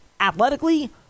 athletically